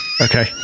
Okay